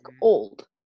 old